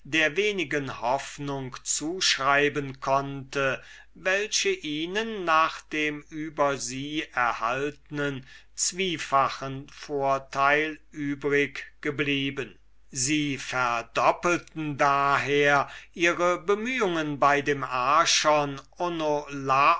der wenigen hoffnung zuschreiben konnten welche ihnen nach dem über sie erhaltnen zwiefachen vorteil übrig blieb sie verdoppelten daher ihre bemühungen bei dem archon